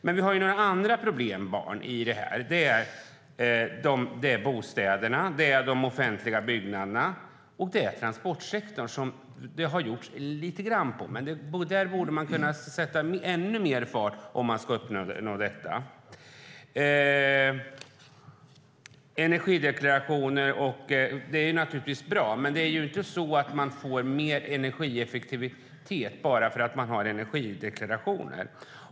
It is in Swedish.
Men vi har några andra problembarn. Det är bostäderna, de offentliga byggnaderna och transportsektorn, som det har gjorts lite grann inom. Där borde man kunna sätta ännu mer fart om vi ska uppnå detta. Energideklarationer är naturligtvis bra, men det är inte så att man får mer energieffektivitet bara för att man har energideklarationer.